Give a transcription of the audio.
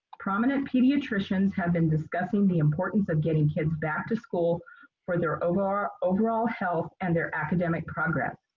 prominent pediatricians have been discussing the importance of getting kids back to school for their overall ah overall health and their academic progress.